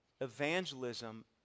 evangelism